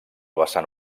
vessant